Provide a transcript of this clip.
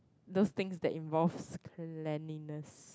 those things that involves cleanliness